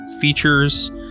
features